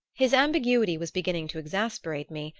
his ambiguity was beginning to exasperate me,